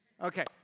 Okay